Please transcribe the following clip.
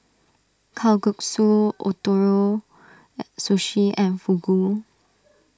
Kalguksu Ootoro Sushi and Fugu